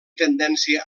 tendència